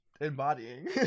embodying